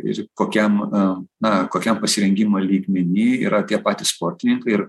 ir kokiam na na kokiam pasirengimo lygmeny yra tie patys sportininkai ir